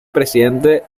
presidente